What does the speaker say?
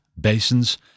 basins